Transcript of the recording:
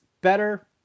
better